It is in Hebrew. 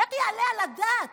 איך יעלה על הדעת